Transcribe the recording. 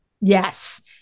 Yes